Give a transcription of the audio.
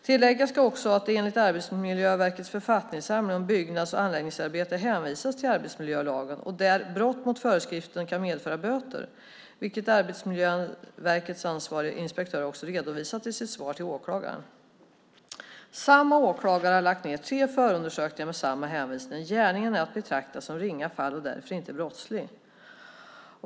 Tilläggas ska också att det enligt Arbetsmiljöverkets författningssamling om byggnads och anläggningsarbete hänvisas till arbetsmiljölagen, och där brott mot föreskriften kan medföra böter, vilket Arbetsmiljöverkets ansvarige inspektör också har redovisat i sitt svar till åklagaren. Samma åklagare har lagt ned tre förundersökningar med samma hänvisning: Gärningen är att betrakta som ringa fall och därför inte brottslig.